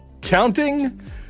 counting